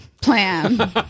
plan